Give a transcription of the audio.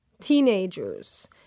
teenagers